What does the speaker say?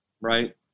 right